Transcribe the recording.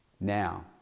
now